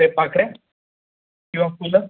ते पाकळ्या किंवा फुलं